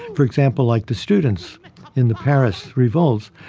for example like the students in the paris revolts,